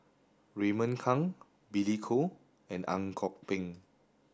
Raymond Kang Billy Koh and Ang Kok Peng